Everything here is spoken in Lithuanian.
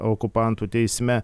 okupantų teisme